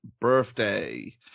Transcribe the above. birthday